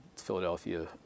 Philadelphia